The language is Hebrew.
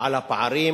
על הפערים,